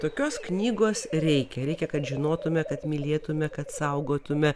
tokios knygos reikia reikia kad žinotume kad mylėtume kad saugotume